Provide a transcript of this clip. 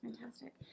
Fantastic